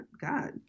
God